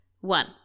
One